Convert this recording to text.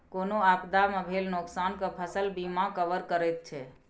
कोनो आपदा मे भेल नोकसान केँ फसल बीमा कवर करैत छै